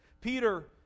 Peter